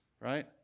right